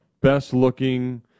best-looking